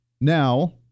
now